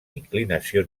inclinació